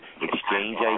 exchange